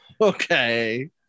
Okay